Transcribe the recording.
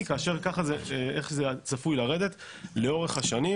כאשר ככה איך שזה צפוי לרדת לאורך השנים,